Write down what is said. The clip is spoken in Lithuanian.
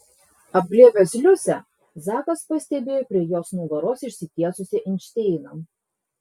apglėbęs liusę zakas pastebėjo prie jos nugaros išsitiesusį einšteiną